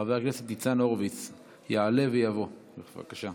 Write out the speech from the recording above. חבר הכנסת ניצן הורוביץ יעלה ויבוא, בבקשה.